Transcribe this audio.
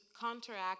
counteract